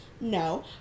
No